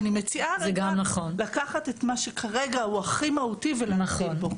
אני מציעה לקחת את מה שכרגע הוא הכי מהותי ולהמשיך בו.